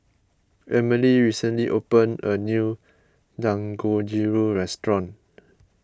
Emily recently opened a new Dangojiru restaurant